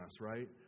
right